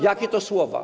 Jakie to słowa?